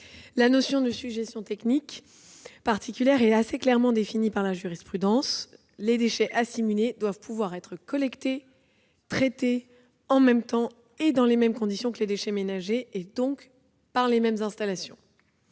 La notion de sujétions techniques particulières est assez clairement définie par la jurisprudence : les déchets assimilés doivent pouvoir être collectés et traités en même temps et dans les mêmes conditions que les déchets ménagers, et donc par les mêmes installations.